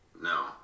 No